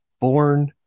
born